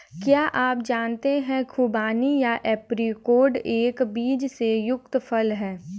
क्या आप जानते है खुबानी या ऐप्रिकॉट एक बीज से युक्त फल है?